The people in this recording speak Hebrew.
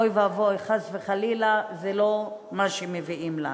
או ואבוי, חס וחלילה, זה לא מה שהם מביאים לנו.